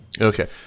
Okay